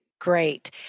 Great